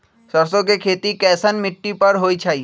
सरसों के खेती कैसन मिट्टी पर होई छाई?